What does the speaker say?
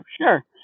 sure